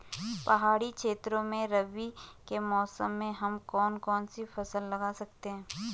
पहाड़ी क्षेत्रों में रबी के मौसम में हम कौन कौन सी फसल लगा सकते हैं?